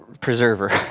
preserver